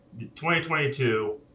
2022